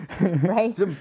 Right